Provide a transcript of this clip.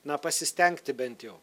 na pasistengti bent jau